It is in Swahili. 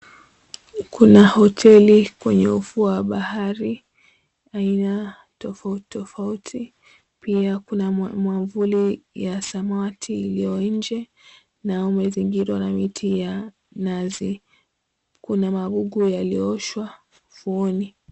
Kuna hoteli kwenye ufuo wa bahari aina tofauti tofauti, pia kuna mwavuli ya samawati iliyo nje na umezingirwa na miti ya nazi, kuna magugu yaliyooshwa ufuoni.